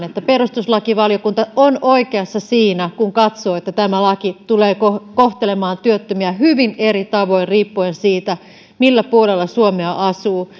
että perustuslakivaliokunta on oikeassa siinä kun se katsoo että tämä laki tulee kohtelemaan työttömiä hyvin eri tavoin riippuen siitä millä puolella suomea asuu